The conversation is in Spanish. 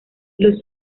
los